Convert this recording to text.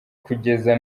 kugeza